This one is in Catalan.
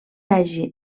hagi